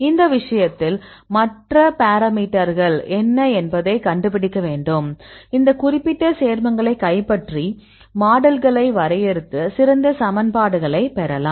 இந்த விஷயத்தில் மற்ற பாராமீட்டர்கள் என்ன என்பதை கண்டுபிடிக்க வேண்டும் இந்த குறிப்பிட்ட சேர்மங்களை கைப்பற்றி மாடல்களை வரையறுத்து சிறந்த சமன்பாடுகளைப் பெறலாம்